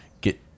get